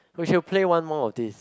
we should play one more of this